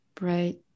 right